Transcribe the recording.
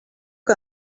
que